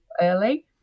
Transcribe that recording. early